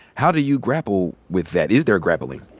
how do you grapple with that? is there grappling?